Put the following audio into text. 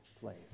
place